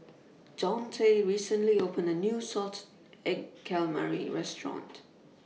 Daunte recently opened A New Salted Egg Calamari Restaurant